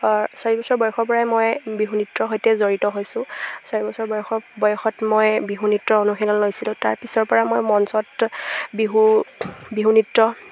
চাৰি বছৰ বয়সৰপৰাই মই বিহু নৃত্য সৈতে জড়িত হৈছোঁ চাৰি বছৰ বয়সৰ বয়সত মই বিহু নৃত্য অনুশীন লৈছিলোঁ তাৰ পিছৰপৰা মই মঞ্চত বিহু বিহু নৃত্য